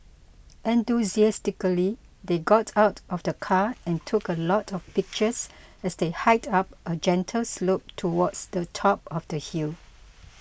enthusiastically they got out of the car and took a lot of pictures as they hiked up a gentle slope towards the top of the hill